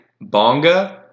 Bonga